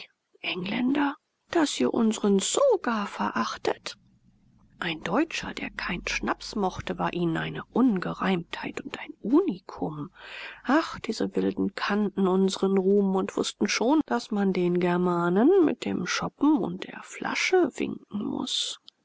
daß ihr unsren nsoga verachtet ein deutscher der keinen schnaps mochte war ihnen eine ungereimtheit und ein unikum ach diese wilden kannten unsren ruhm und wußten schon daß man den germanen mit dem schoppen und der flasche winken muß